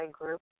group